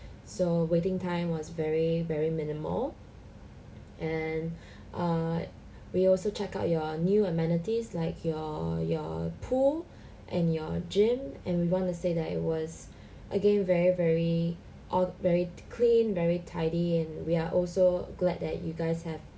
so waiting time was very very minimal and err we also check out your new amenities like your your pool and your gym and we want to say that it was again very very all very clean very tidy and we are also glad that you guys have